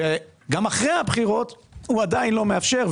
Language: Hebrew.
גם אחרי הבחירות הוא עדיין לא מאפשר.